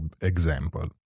example